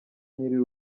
nyiri